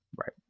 Right